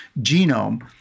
genome